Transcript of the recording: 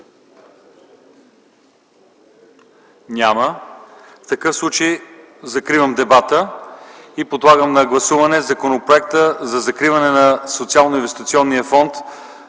Няма. В такъв случай закривам дебата и подлагам на гласуване Законопроект за закриване на Социалноинвестиционния фонд,